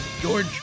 George